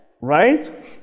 Right